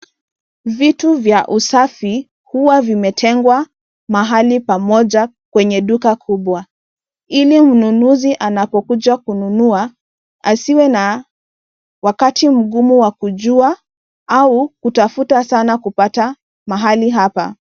Vitu vya usafi, huwa vimetengwa mahali pamoja kwenye duka kubwa, ili mnunuzi anapokuja kununua asiwe na wakati mgumu wa kujua au kutafuta sana kupata mahali hapa.